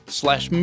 slash